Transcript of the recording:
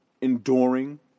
enduring